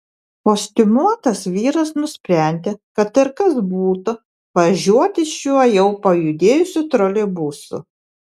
kostiumuotas vyras nusprendė kad ir kas būtų važiuoti šiuo jau pajudėjusiu troleibusu